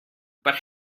but